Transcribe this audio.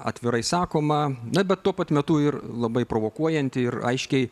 atvirai sakoma na bet tuo pat metu ir labai provokuojanti ir aiškiai